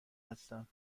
هستم